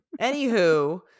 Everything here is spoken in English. Anywho